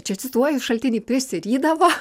čia cituoju šaltinį prisirydavo